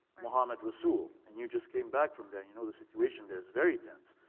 mohammed rasool, and you just came back from there, you know the situation there, it's very tense.